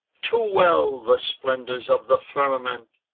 too well, the splendours of the firmament,